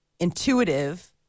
Intuitive